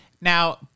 Now